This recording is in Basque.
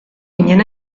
ginen